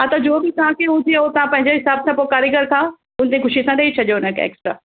हा त जो बि तव्हांखे हुजे उहो पंहिंजे हिसाब सां कारीगर सां उनजी ख़ुशीअ सां ॾेई छॾिजो एक्स्ट्रा